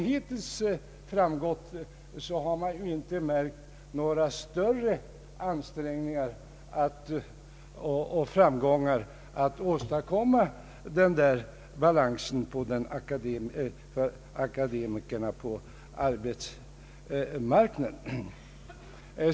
Hittills har vi inte märkt några större ansträngningar att åstadkomma denna balans för akademikerna på arbetsmarknaden.